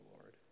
Lord